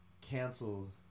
canceled